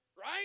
Right